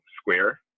square